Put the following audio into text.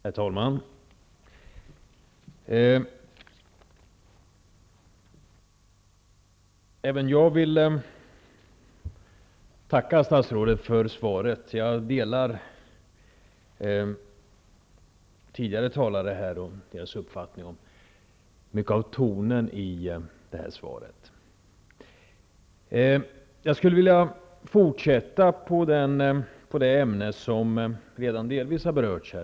Herr talman! Även jag tackar statsrådet för svaret. Jag har samma uppfattning som tidigare talare här i mångt och mycket när det gäller tonen i det avgivna svaret. Jag skulle vilja ta upp ett ämne som redan delvis har berörts här.